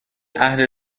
اهل